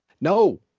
No